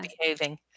behaving